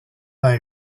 vingt